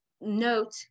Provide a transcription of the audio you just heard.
note